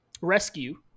rescue